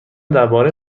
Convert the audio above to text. درباره